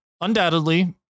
undoubtedly